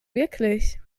wirklich